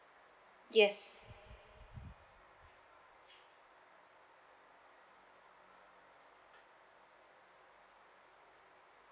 yes